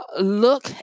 look